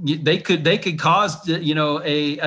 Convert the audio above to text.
they could they could cause you know a an